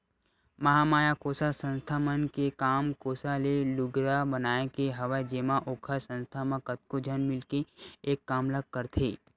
महामाया कोसा संस्था मन के काम कोसा ले लुगरा बनाए के हवय जेमा ओखर संस्था म कतको झन मिलके एक काम ल करथे